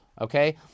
okay